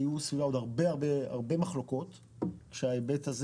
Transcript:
היו סביבה עוד הרבה הרבה מחלוקות כשההיבט הזה